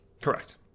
correct